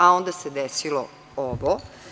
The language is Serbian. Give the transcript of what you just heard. A onda se desilo ovo.